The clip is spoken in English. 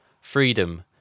freedom